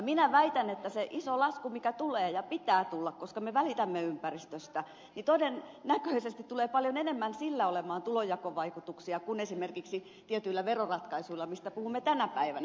minä väitän että sillä isolla laskulla mikä tulee ja minkä pitää tulla koska me välitämme ympäristöstä todennäköisesti tulee paljon enemmän olemaan tulonjakovaikutuksia kuin esimerkiksi tietyillä veroratkaisuilla mistä puhumme tänä päivänä